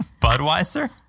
Budweiser